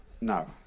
No